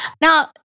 Now